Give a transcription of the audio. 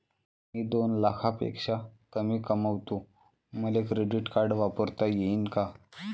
मी दोन लाखापेक्षा कमी कमावतो, मले क्रेडिट कार्ड वापरता येईन का?